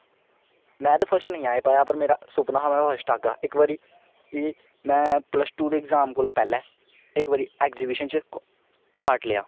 में ते फस्ट नेईं आई पाया पर मेरा सुपना हा में फर्स्ट आगा इक बारी में प्लस टू दे इंग्जाम कोला पैह्ले इक बारी एग्जीविशन च पार्ट लेआ